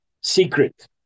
secret